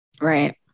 Right